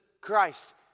Christ